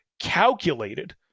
calculated